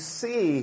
see